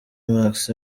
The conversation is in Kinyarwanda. max